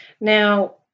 Now